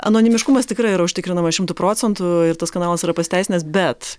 anonimiškumas tikrai yra užtikrinamas šimtu procentų ir tas kanalas yra pasiteisinęs bet